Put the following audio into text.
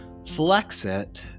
Flexit